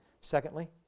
Secondly